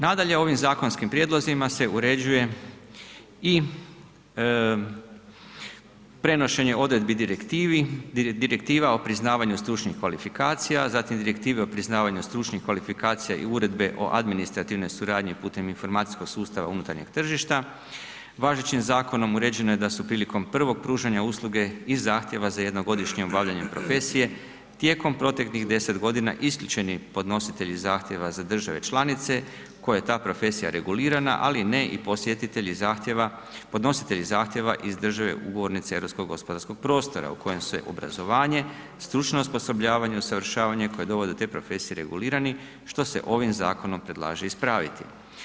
Nadalje, ovim zakonskim prijedlozima se uređuje i prenošenje odredbi direktiva o priznavanju stručnih kvalifikacija, zatim direktive o priznavanju stručnih kvalifikacija i uredbe o administrativnoj suradnji putem informacijskog sustava unutarnjeg tržišta, važećim zakonom uređeno je da su prilikom prvog pružanja usluge i zahtjeva za jednogodišnje obavljanje profesije tijekom proteklih 10.g. isključeni podnositelji zahtjeva za države članice koje je ta profesija regulirana, ali ne i podnositelji zahtjeva iz države ugovornice Europskog gospodarskog prostora u kojem se obrazovanje, stručno osposobljavanje, usavršavanje koje dovodi do te profesije, regulirani, što se ovim zakonom predlaže ispraviti.